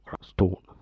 stone